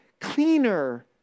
cleaner